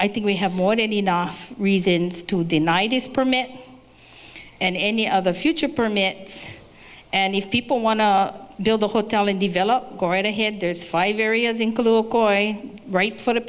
i think we have more than enough reasons to deny this permit and any of the future permits and if people want to build a hotel and develop go right ahead there's five areas in right for the